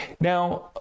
Now